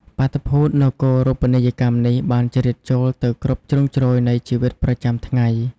បាតុភូតនគរូបនីយកម្មនេះ បានជ្រៀតចូលទៅគ្រប់ជ្រុងជ្រោយនៃជីវិតប្រចាំថ្ងៃ។